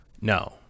No